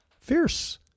fierce